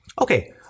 Okay